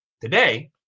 today